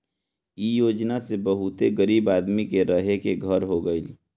इ योजना से बहुते गरीब आदमी के रहे के घर हो गइल